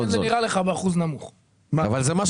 יחסית --- לכן זה נראה לך באחוז נמוך.